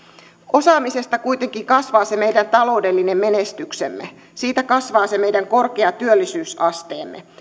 osaamisesta kuitenkin kasvaa se meidän taloudellinen menestyksemme siitä kasvaa se meidän korkea työllisyysasteemme me